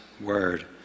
word